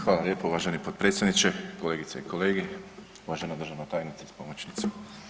Hvala lijepo uvaženi potpredsjedniče, kolegice i kolege, uvažena državna tajnice s pomoćnicom.